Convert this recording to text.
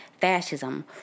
fascism